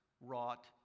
wrought